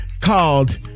called